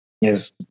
Yes